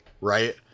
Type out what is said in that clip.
Right